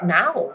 now